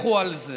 לכו על זה.